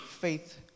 faith